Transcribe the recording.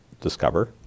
discover